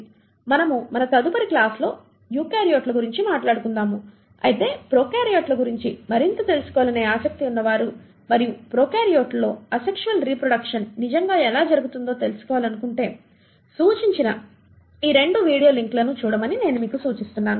మనము మన తదుపరి క్లాస్ లో యూకారియోట్ల గురించి మాట్లాడుకుందాము అయితే ప్రొకార్యోట్ల గురించి మరింత తెలుసుకోవాలనే ఆసక్తి ఉన్నవారు మరియు ప్రొకార్యోట్లలో అసెక్షువల్ రీప్రొడెక్షన్ నిజంగా ఎలా జరుగుతుందో తెలుసుకోవాలంటే సూచించిన ఈ రెండు వీడియో లింక్లను చూడమని నేను మీకు సూచిస్తున్నాను